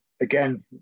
again